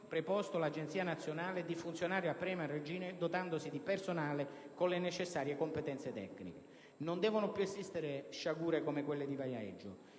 preposto, l'Agenzia nazionale, di funzionare a pieno regime dotandosi di personale con le necessarie competenze tecniche. Non devono più esistere sciagure come quella di Viareggio